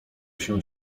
się